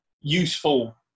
useful